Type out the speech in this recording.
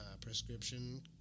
prescription